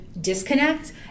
disconnect